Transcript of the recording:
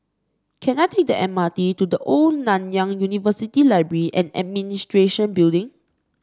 can I take the M R T to The Old Nanyang University Library and Administration Building